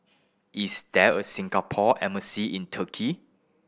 is there a Singapore Embassy in Turkey